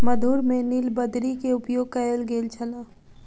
मधुर में नीलबदरी के उपयोग कयल गेल छल